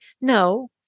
No